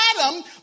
Adam